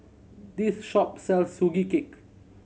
this shop sells Sugee Cake